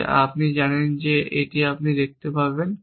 যে আপনি জানেন যে আপনি দেখতে পারেন